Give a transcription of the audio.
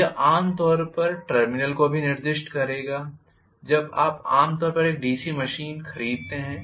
यह आम तौर पर टर्मिनल को भी निर्दिष्ट करेगा जब आप आमतौर पर एक डीसी मशीन खरीदते हैं